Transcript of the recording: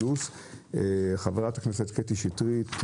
חברת הכנסת קטי שטרית,